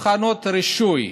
רישוי.